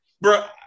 bro